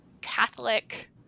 Catholic